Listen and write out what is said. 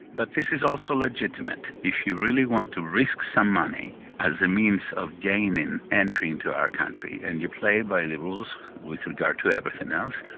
but this is also legitimate. if you really want to risk some money as a means of gaining entry into our country and you play by the rules with regard to everything else,